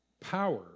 power